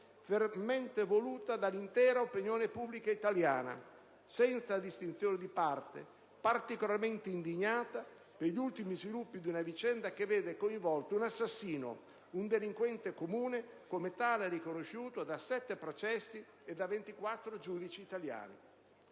fortemente voluta dall'intera opinione pubblica italiana, senza distinzioni di parte, particolarmente indignata per gli ultimi sviluppi di una vicenda che vede coinvolto un assassino, un delinquente comune, come tale riconosciuto da sette processi e da 24 giudici italiani.